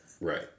Right